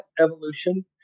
evolution